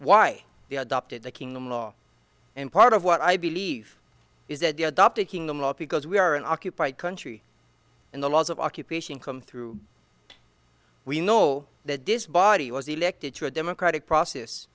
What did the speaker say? why they adopted the kingdom law and part of what i believe is that the adopted kingdom of because we are an occupied country and the laws of occupation come through we know that this body was elected to a democratic process